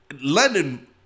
London